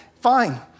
fine